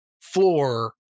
floor